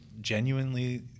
genuinely